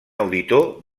auditor